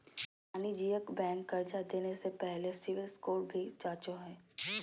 वाणिज्यिक बैंक कर्जा देने से पहले सिविल स्कोर भी जांचो हइ